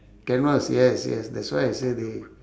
canvas yes yes that's why I say the